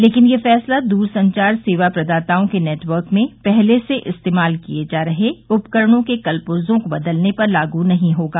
लेकिन यह फैसला दूरसंचार सेवा प्रदाताओं के नेटवर्क में पहले से इस्तेमाल किए जा रहे उपकरणों के कलपुर्जों को बदलने पर लागू नहीं होगा